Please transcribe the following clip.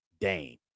Dane